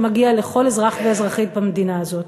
שמגיע לכל אזרח ואזרחית במדינה הזאת.